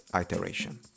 iteration